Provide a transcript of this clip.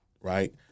right